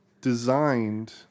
designed